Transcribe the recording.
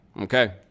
Okay